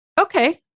okay